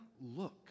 look